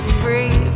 free